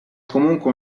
comunque